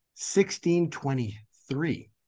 1623